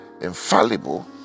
infallible